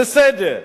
בסדר.